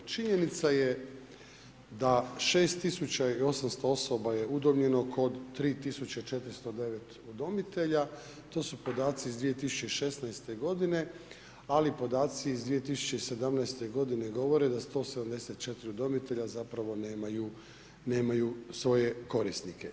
Činjenica je da 6800 osoba je udomljeno kod 3409 udomitelja, to su podaci iz 2016. g., ali podaci iz 2017. g. govore da 174 udomitelja zapravo nemaju svoje korisnike.